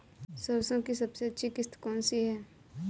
सरसो की सबसे अच्छी किश्त कौन सी है?